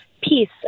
peace